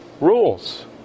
rules